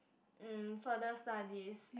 mm further studies